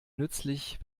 nützlich